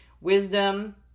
Wisdom